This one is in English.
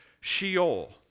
sheol